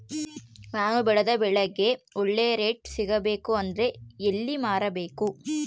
ನಾನು ಬೆಳೆದ ಬೆಳೆಗೆ ಒಳ್ಳೆ ರೇಟ್ ಸಿಗಬೇಕು ಅಂದ್ರೆ ಎಲ್ಲಿ ಮಾರಬೇಕು?